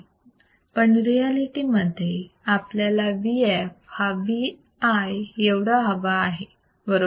पण रियालिटी मध्ये आपल्याला Vf हा Vi एवढा हवा आहे बरोबर